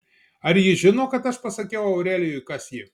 ar ji žino kad aš pasakiau aurelijui kas ji